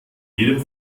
jedem